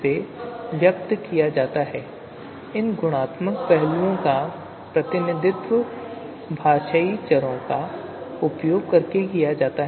इन गुणात्मक पहलुओं का प्रतिनिधित्व भाषाई चरों का उपयोग करके किया जाता है गुणात्मक रूप से भाषाई शब्दों द्वारा व्यक्त किया जाता है और मात्रात्मक रूप से एक फजी सेट द्वारा व्यक्त किया जाता है